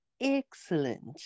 Excellent